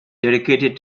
dedicated